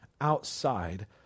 outside